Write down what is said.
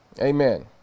Amen